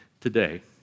today